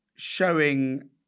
showing